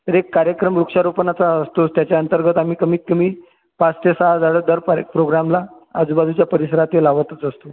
तर एक कार्यक्रम वृक्षारोपणाचा असतोच त्याच्याअंतर्गत आम्ही कमीत कमीत पाच ते सहा झाड दर पारी प्रोग्रामला आजूबाजूच्या परिसरात हे लावतच असतो